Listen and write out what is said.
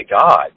God